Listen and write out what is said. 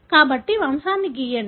కాబట్టి వంశాన్ని గీయండి